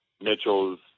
Mitchell's